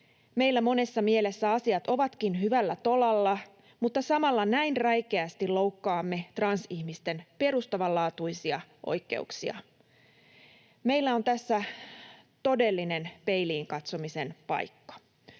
Meillä monessa mielessä asiat ovatkin hyvällä tolalla, mutta samalla näin räikeästi loukkaamme transihmisten perustavanlaatuisia oikeuksia. Meillä on tässä todellinen peiliin katsomisen paikka.